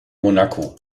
monaco